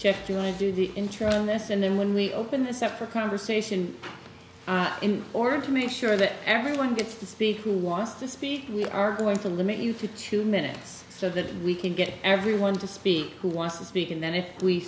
jewett do the intro on this and then when we open this up for conversation in order to make sure that everyone gets to speak who wants to speak we are going to limit you to two minutes so that we can get everyone to speak who wants to speak and then if we